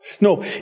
No